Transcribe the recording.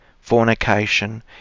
fornication